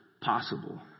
possible